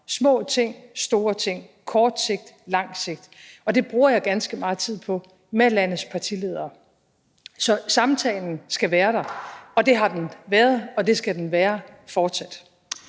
små ting, store ting, på kort sigt, på lang sigt. Det bruger jeg ganske meget tid på med landets partiledere. Så samtalen skal være der, og det har den været, og det skal den være fortsat.